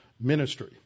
ministry